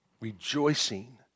rejoicing